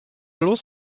los